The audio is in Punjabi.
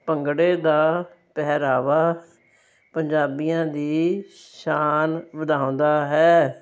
ਭੰਗੜੇ ਦਾ ਪਹਿਰਾਵਾ ਪੰਜਾਬੀਆਂ ਦੀ ਸ਼ਾਨ ਵਧਾਉਂਦਾ ਹੈ